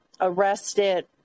arrested